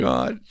God